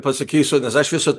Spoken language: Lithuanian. pasakysiu nes aš visą